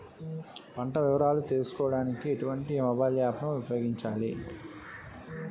పంట వివరాలు తెలుసుకోడానికి ఎటువంటి మొబైల్ యాప్ ను ఉపయోగించాలి?